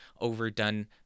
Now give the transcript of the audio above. overdone